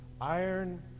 iron